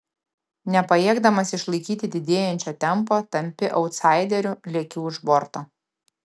nepajėgdamas išlaikyti didėjančio tempo tampi autsaideriu lieki už borto